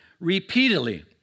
Repeatedly